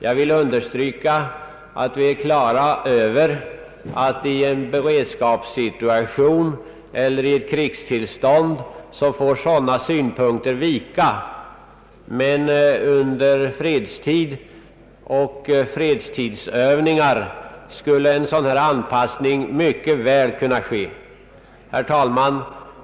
Jag vill understryka att vi är på det klara med att sådana synpunkter får vika i en beredskapssituation eller i ett krigstillstånd men att en sådan anpassning mycket väl kan ske under fredstid och under fredstidsövningar. Herr talman!